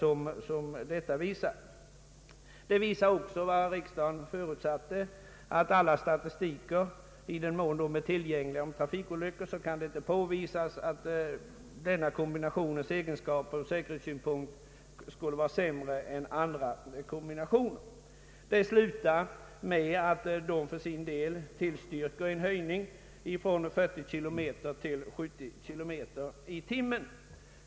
I yttrandet framhålles också vad riksdagen förutsatte, nämligen att tillgänglig statistik om trafikolyckor inte visar att denna kombinations egenskaper ur säkerhetssynpunkt skulle vara sämre än andra kombinationers. Yttrandet slutar med att trafiksäkerhetsverket för sin del tillstyrker en höjning från 40 till 70 km/ tim.